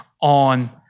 on